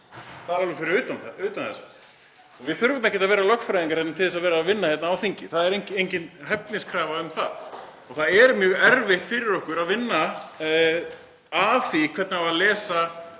Það er alveg fyrir utan það. Við þurfum ekkert að vera lögfræðingar til þess að vinna hér á þingi. Það er engin hæfniskrafa um það. Það er mjög erfitt fyrir okkur að vinna að því hvernig á að lesa